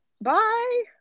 Bye